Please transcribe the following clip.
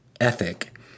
ethic